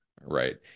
Right